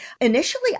Initially